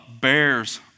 bears